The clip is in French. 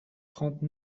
trente